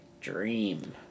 Dream